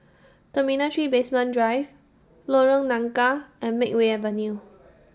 Terminal three Basement Drive Lorong Nangka and Makeway Avenue